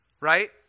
right